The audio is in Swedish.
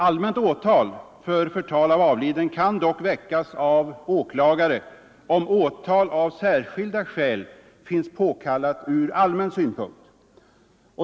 Allmänt åtal för förtal av avliden kan dock väckas av åklagare, om åtal av särskilda skäl finnes påkallat ur allmän synpunkt.